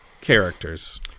characters